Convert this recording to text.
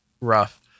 rough